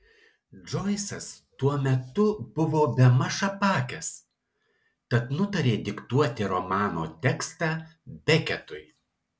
džoisas tuo metu buvo bemaž apakęs tad nutarė diktuoti romano tekstą beketui